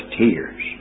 tears